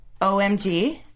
OMG